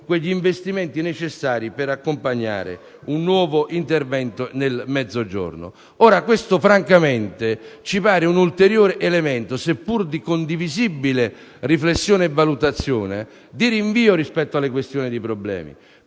in moto gli investimenti necessari per accompagnare un nuovo intervento nel Mezzogiorno. Questo, francamente, ci pare un ulteriore elemento, seppur di condivisibile riflessione e valutazione, di rinvio rispetto alle questioni ed ai problemi.